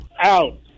Out